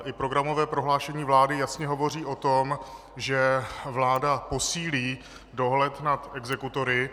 I programové prohlášení vlády jasně hovoří o tom, že vláda posílí dohled nad exekutory.